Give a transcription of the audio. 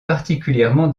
particulièrement